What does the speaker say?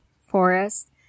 forest